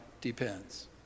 depends